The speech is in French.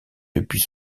depuis